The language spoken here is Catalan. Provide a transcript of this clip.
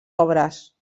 obres